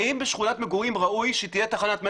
האם בשכונת מגורים ראוי שתהיה תחנת מתדון.